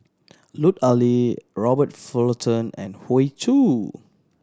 Lut Ali Robert Fullerton and Hoey Choo